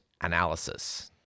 analysis